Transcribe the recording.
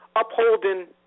upholding